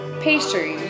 pastry